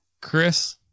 Chris